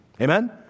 Amen